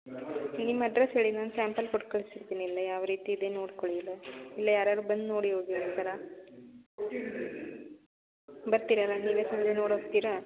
ನಿಮ್ಮ ಅಡ್ರೆಸ್ ಹೇಳಿ ನಾನು ಸ್ಯಾಂಪಲ್ ಕೊಟ್ಕಳ್ಸಿರ್ತೀನಿ ಇಲ್ಲ ಯಾವ ರೀತಿ ಇದೆ ನೋಡ್ಕೊಳ್ಳಿ ಇಲ್ಲ ಯಾರಾದ್ರು ಬಂದು ನೋಡಿ ಹೋಗಿ ಒಂದು ಸಲ ಬರ್ತೀರಲ್ಲ ನೀವೇ ಸಂಜೆ ನೋಡ್ಹೋಗ್ತಿರಾ